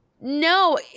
No